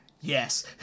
Yes